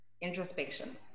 introspection